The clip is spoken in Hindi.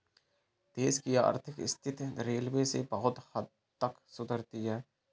देश की आर्थिक स्थिति रेलवे से बहुत हद तक सुधरती है